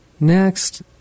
Next